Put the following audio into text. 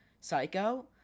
Psycho